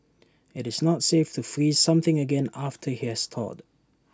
IT is not safe to freeze something again after IT has thawed